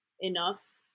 enough